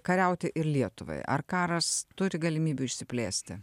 kariauti ir lietuvai ar karas turi galimybių išsiplėsti